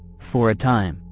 for a time,